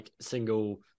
single